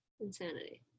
Insanity